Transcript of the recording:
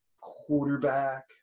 quarterback